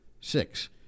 Six